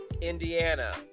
Indiana